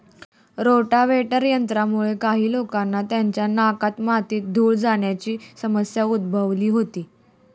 rotavator यंत्रामुळे काही लोकांना त्यांच्या नाकात माती, धूळ जाण्याची समस्या उद्भवली होती